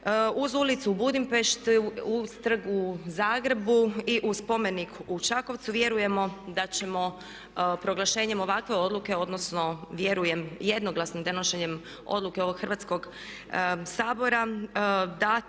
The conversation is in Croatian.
Uz ulicu u Budimpešti, uz trg u Zagrebu i uz spomenik u Čakovcu vjerujemo da ćemo proglašenjem ovakve odluke, odnosno vjerujem jednoglasnim donošenjem odluke ovog Hrvatskog sabora